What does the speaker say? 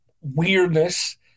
weirdness